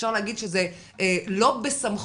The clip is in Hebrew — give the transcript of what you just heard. אפשר להגיד שזה לא בסמכות